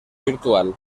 virtual